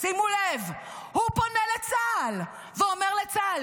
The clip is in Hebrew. שימו לב, הוא פונה לצה"ל ואומר לצה"ל: